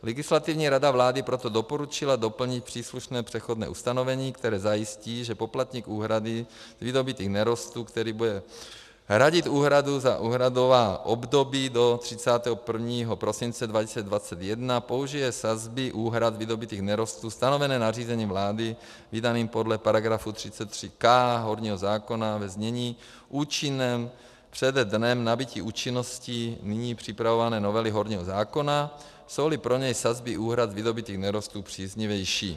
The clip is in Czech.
Legislativní rada vlády proto doporučila doplnit příslušné přechodné ustanovení, které zajistí, že poplatník úhrady vydobytých nerostů, který bude hradit úhradu za úhradová období do 31. prosince 2021, použije sazby úhrad vydobytých nerostů stanovené nařízením vlády vydaným podle § 33k horního zákona, ve znění účinném před dnem nabytí účinnosti nyní připravované novely horního zákona, jsouli pro něj sazby úhrad vydobytých nerostů příznivější.